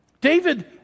David